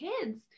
kids